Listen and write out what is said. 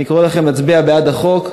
אני קורא לכם להצביע בעד החוק.